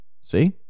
See